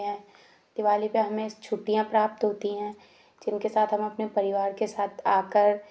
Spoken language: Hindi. दिवाली पे हमें छुट्टियाँ प्राप्त होती हैं जिनके साथ हम अपने परिवार के साथ आकर